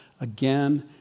again